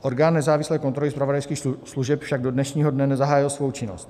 Orgán nezávislé kontroly zpravodajských služeb však do dnešního dne nezahájil svou činnost.